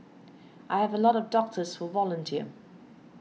I have a lot of doctors who volunteer